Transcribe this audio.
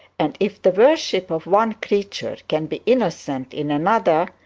and if the worship of one creature can be innocent in another,